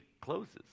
closes